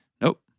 Nope